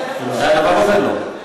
הדבר הזה, לא.